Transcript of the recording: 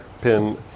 pin